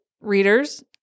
readers-